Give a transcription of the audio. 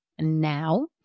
now